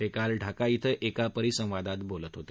ते काल ढाका क्वि एका परिसंवादात बोलत होते